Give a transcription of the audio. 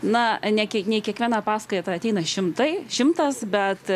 na ne kie ne į kiekvieną paskaitą ateina šimtai šimtas bet